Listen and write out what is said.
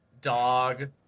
dog